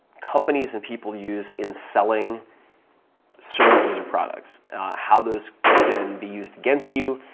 companies and people use in selling services or products how those can be used against you,